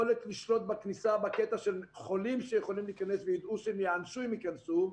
יכולת לשלוט בכניסה חולים שיכולים להיכנס וידעו שהם יענשו אם ייכנסו,